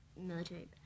military